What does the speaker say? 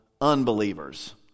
unbelievers